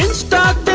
stop